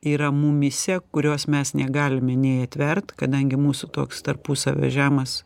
yra mumyse kurios mes negalime nei atvert kadangi mūsų toks tarpusavio žemas